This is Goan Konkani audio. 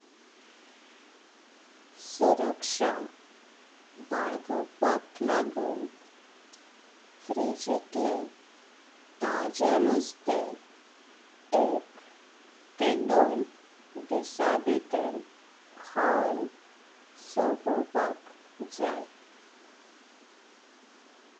सुरक्षा बालगोवप लागून फ्रिज'इतले ताजे माशे एक ते दोन दिवस भीतर खावोवण सोपावपाक जाय।